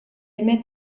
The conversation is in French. aimait